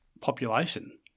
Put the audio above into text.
population